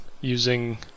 using